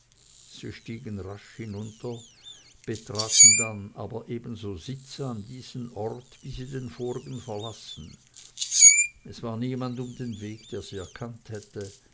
sie stiegen rasch hinunter betraten dann aber ebenso sittsam diesen ort wie sie den vorigen verlassen es war niemand um den weg der sie erkannt hätte